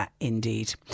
indeed